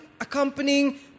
accompanying